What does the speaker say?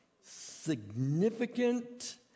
significant